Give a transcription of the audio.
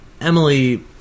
Emily